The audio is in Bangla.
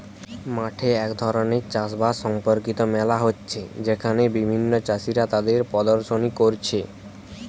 মাঠে এক ধরণের চাষ বাস সম্পর্কিত মেলা হচ্ছে যেখানে বিভিন্ন চাষীরা তাদের প্রদর্শনী কোরছে